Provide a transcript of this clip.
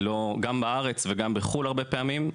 גם בארץ וגם בחו"ל הרבה פעמים,